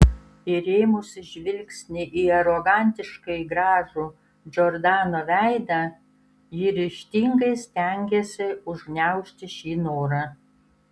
įrėmusi žvilgsnį į arogantiškai gražų džordano veidą ji ryžtingai stengėsi užgniaužti šį norą